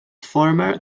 former